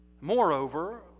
Moreover